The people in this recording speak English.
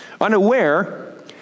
Unaware